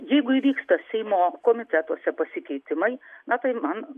jeigu įvyksta seimo komitetuose pasikeitimai na tai man